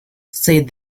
said